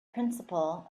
principle